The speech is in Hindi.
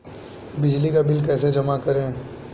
बिजली का बिल कैसे जमा करें?